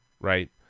right